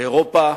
באירופה,